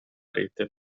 rete